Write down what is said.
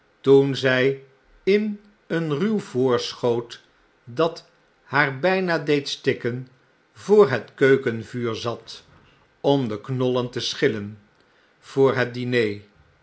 toen zjj in een ruw voorschoot dat haar bgna deed stikken voor het keukenvuur zat omde knollen te schillen voor het diner